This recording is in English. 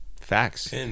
facts